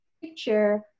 picture